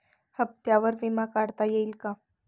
हप्त्यांवर विमा काढता येईल का?